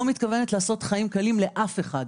אני לא מתכוונת לעשות חיים קלים לאף אחד.